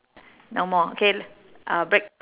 no more okay uh break